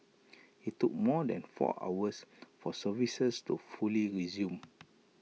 IT took more than four hours for services to fully resume